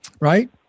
Right